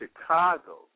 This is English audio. Chicago